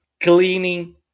cleaning